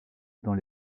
dans